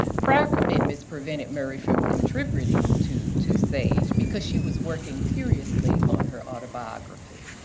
prior commitments prevented murray from contributing to to sage because she was working furiously on her autobiography.